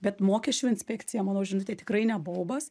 bet mokesčių inspekcija mano žinutė tikrai ne baubas